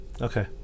Okay